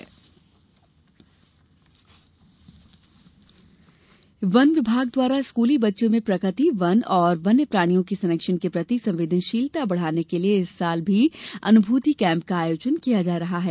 अनुभूति केम्प वन विभाग द्वारा स्कूली बच्चों में प्रकृति वन एवं वन्य प्राणियों के संरक्षण के प्रति संवेदनशीलता बढ़ाने के लिये इस वर्ष भी आज से अनुभूति कैम्प का आयोजन किया जा रहा है